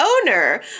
owner